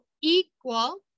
equal